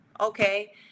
okay